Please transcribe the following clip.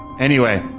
anyway,